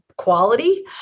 quality